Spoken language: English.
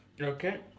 Okay